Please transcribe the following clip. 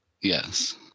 Yes